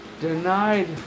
denied